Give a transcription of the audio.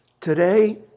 today